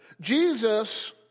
Jesus